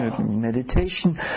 meditation